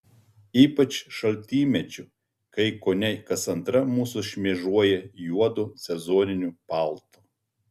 ypač šaltymečiu kai kone kas antra mūsų šmėžuoja juodu sezoniniu paltu